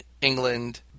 England